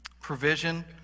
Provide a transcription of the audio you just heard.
provision